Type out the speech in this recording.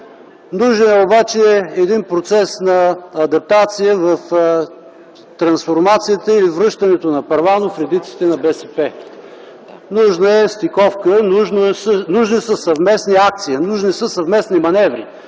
Нужен е обаче един процес на адаптация, трансформация и връщането на Първанов в редиците на БСП. Нужна е стиковка, нужни са съвместни акции, нужни са съвместни маневри.